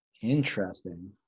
Interesting